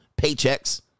paychecks